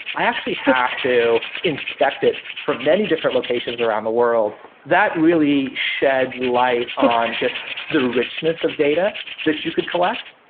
i actually have to inspect it from many different locations around the world. that really shed light on just the richness of data that you could collect.